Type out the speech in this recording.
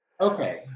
okay